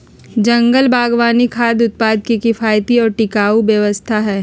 जंगल बागवानी खाद्य उत्पादन के किफायती और टिकाऊ व्यवस्था हई